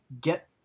get